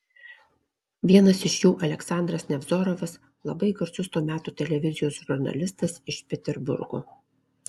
vienas iš jų aleksandras nevzorovas labai garsus to meto televizijos žurnalistas iš peterburgo